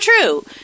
true